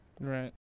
right